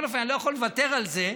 בכל אופן, אני לא יכול לוותר על זה: